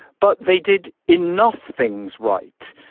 but they did enough things right.